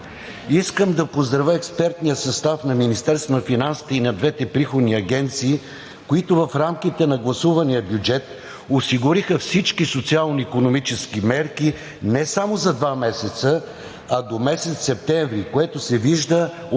Искам да поздравя експертния състав на Министерството на финансите и на двете приходни агенции, които в рамките на гласувания бюджет осигуриха всички социално-икономически мерки не само за два месеца, а до месец септември, което се вижда от